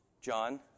John